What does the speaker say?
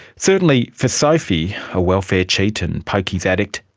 certainly for sophie, a welfare cheat and pokies addict,